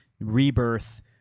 Rebirth